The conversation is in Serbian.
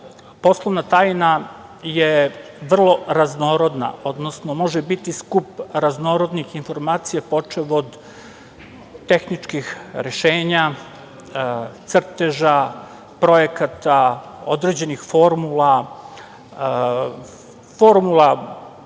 poslovna tajna je vrlo raznorodna, odnosno može biti skup raznorodnih informacija, počev od tehničkih rešenja, crteža, projekata, određenih formula, formula